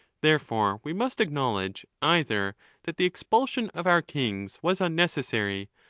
therefore we must acknowledge, either that the expulsion of our kings was unnecessary,